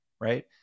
right